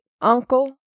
Uncle